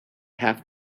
have